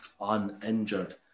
uninjured